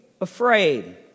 afraid